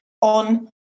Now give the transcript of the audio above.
on